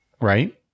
right